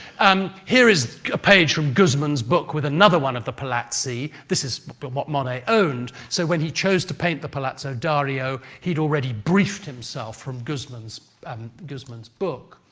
um here is a page from gusman's book with another one of the palazzi, this is but what monet owned, so, when he chose to paint the palazzo dario, he'd already briefed himself from gusman's um gusman's book.